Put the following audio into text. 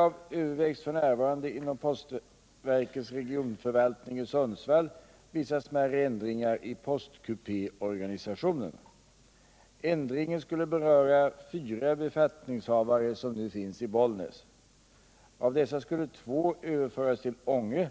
överföras till Ånge och